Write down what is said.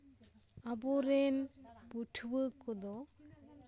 ᱟᱵᱚ ᱨᱮᱱ ᱯᱟᱹᱴᱷᱩᱣᱟᱹ ᱠᱚᱫᱚ